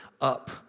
up